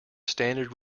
standard